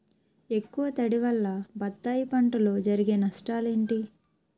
ఎక్కువ తడి వల్ల బత్తాయి పంటలో జరిగే నష్టాలేంటి?